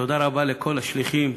תודה רבה לכל השליחים,